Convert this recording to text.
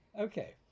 Okay